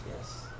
Yes